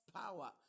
power